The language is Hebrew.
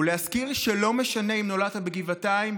ולהזכיר: לא משנה אם נולדת בגבעתיים,